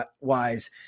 wise